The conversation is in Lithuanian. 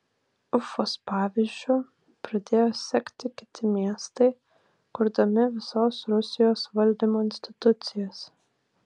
ufos pavyzdžiu pradėjo sekti kiti miestai kurdami visos rusijos valdymo institucijas